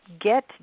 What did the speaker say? get